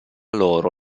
loro